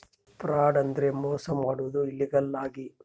fraud ಅಂದ್ರೆ ಮೋಸ ಮಾಡೋದು ಇಲ್ಲೀಗಲ್ ಆಗಿ